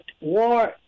war